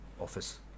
office